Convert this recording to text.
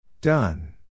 Done